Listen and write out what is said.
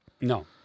No